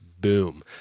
Boom